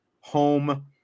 home